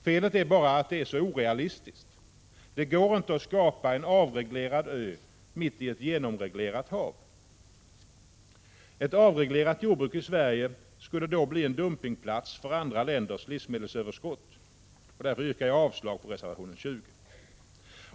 Felet är bara att den är så orealistisk. Det går inte att skapa en avreglerad ö mitt i ett genomreglerat hav. Ett avreglerat jordbruk i Sverige skulle i så fall bli en dumpningsplats för andra länders livsmedelsöverskott. Därför yrkar jag avslag på reservation nr 20.